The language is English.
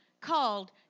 called